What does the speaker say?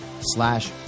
slash